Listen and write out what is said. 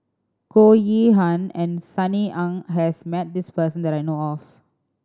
Goh Yihan and Sunny Ang has met this person that I know of